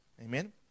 Amen